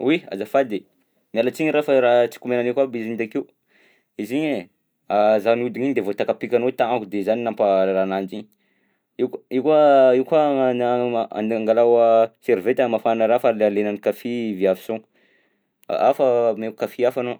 Oy! Azafady, miala tsiny ra fa raha tsy komananiako aby izy igny takeo. Izy igny e zaho nihodigna igny de voatakapikanao tagnako de zany no namparara ananjy igny, io ko- io koa io koa angalao a serveta amafana raha fa la- lenan'ny kafe viavy sôgna, a- ao fa omeko kafe hafa anao.